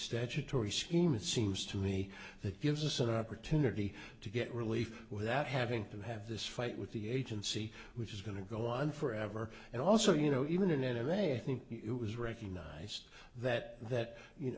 statutory scheme it seems to me that gives us an opportunity to get relief without having to have this fight with the agency which is going to go on forever and also you know even in any way i think it was recognized that that you know